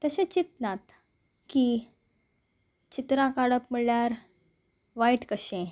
तशें चितंनात की चित्रां काडप म्हणल्यार वायट कशें